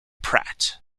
pratt